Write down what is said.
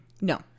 No